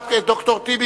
אחד דוקטור טיבי,